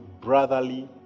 brotherly